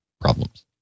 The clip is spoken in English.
problems